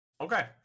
Okay